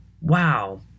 wow